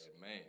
man